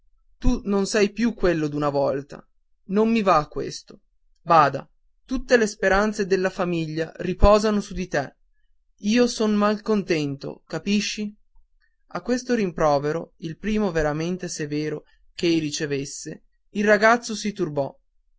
tu non sei più quel d'una volta non mi va questo bada tutte le speranze della famiglia riposano su di te io son malcontento capisci a questo rimprovero il primo veramente severo ch'ei ricevesse il ragazzo si turbò